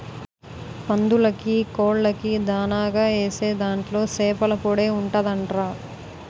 పందులకీ, కోళ్ళకీ దానాగా ఏసే దాంట్లో సేపల పొడే ఉంటదంట్రా